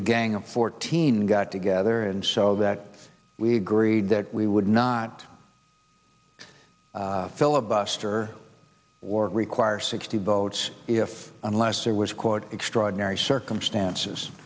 the gang of fourteen got together and so that we agreed that we would not filibuster or require sixty votes if unless there was quote extraordinary circumstances